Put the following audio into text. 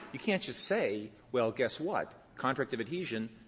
you can't just say, well, guess what, contract of adhesion,